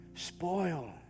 spoil